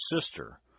sister